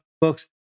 books